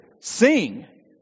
Sing